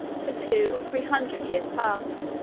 for two or three hundred years past,